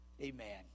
Amen